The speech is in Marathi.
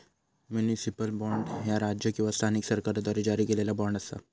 म्युनिसिपल बॉण्ड, ह्या राज्य किंवा स्थानिक सरकाराद्वारा जारी केलेला बॉण्ड असा